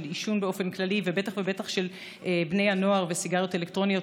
של עישון באופן כללי ובטח ובטח של בני הנוער וסיגריות אלקטרוניות,